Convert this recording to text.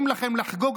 הגמרא